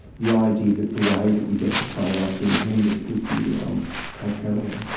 the idea that the way that you get to play like jimi hendrix is you um take heroin.